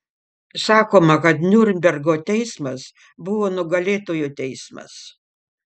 sakoma kad niurnbergo teismas buvo nugalėtojų teismas